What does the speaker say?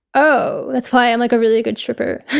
oh that's why i'm like a really good stripper!